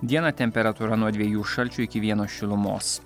dieną temperatūra nuo dviejų šalčio iki vieno šilumos